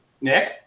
Nick